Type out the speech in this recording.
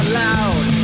loud